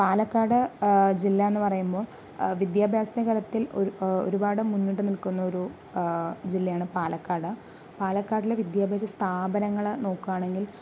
പാലക്കാട് ജില്ല എന്നു പറയുമ്പോൾ വിദ്യാഭ്യാസത്തിന്റെ കാര്യത്തിൽ ഒരു ഒരുപാട് മുന്നിട്ടു നിൽക്കുന്ന ഒരു ജില്ലയാണ് പാലക്കാട് പാലക്കാടിലെ വിദ്യാഭ്യാസ സ്ഥാപനങ്ങൾ നോക്കുകയാണെങ്കില്